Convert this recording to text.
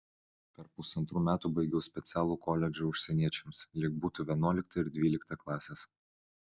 per pusantrų metų baigiau specialų koledžą užsieniečiams lyg būtų vienuolikta ir dvylikta klasės